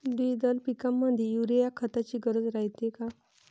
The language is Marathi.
द्विदल पिकामंदी युरीया या खताची गरज रायते का?